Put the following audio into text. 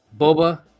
Boba